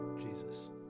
Jesus